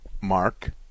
mark